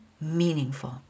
meaningful